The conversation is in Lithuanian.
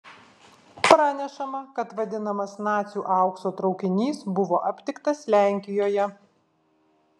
pranešama kad vadinamas nacių aukso traukinys buvo aptiktas lenkijoje